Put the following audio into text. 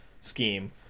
scheme